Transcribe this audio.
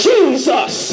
Jesus